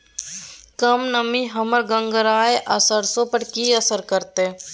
कम नमी हमर गंगराय आ सरसो पर की असर करतै?